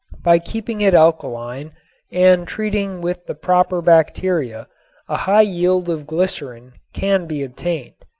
by keeping it alkaline and treating with the proper bacteria a high yield of glycerin can be obtained.